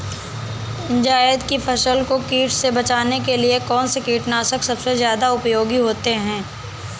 जायद की फसल को कीट से बचाने के लिए कौन से कीटनाशक सबसे ज्यादा उपयोगी होती है?